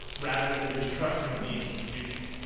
rather than just trusting the institution?